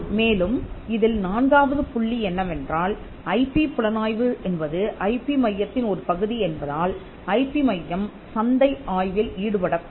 மேலும் இதில் நான்காவது புள்ளி என்னவென்றால் ஐபி புலனாய்வு என்பது ஐபி மையத்தின் ஒரு பகுதி என்பதால் ஐ பி மையம் சந்தை ஆய்வில் ஈடுபடக்கூடும்